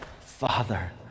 Father